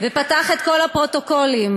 פתח את כל הפרוטוקולים.